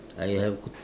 I have